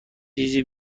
چیزی